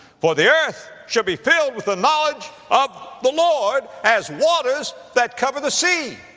for the earth shall be filled with the knowledge of the lord, as waters that cover the sea.